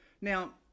Now